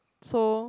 so